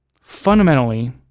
fundamentally